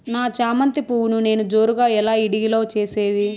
నా చామంతి పువ్వును నేను జోరుగా ఎలా ఇడిగే లో చేసేది?